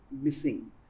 missing